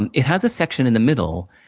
and it has a section in the middle,